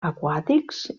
aquàtics